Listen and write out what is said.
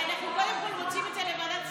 קודם כול רוצים את זה בוועדת כספים.